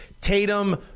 Tatum